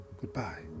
Goodbye